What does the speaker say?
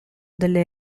delle